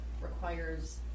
requires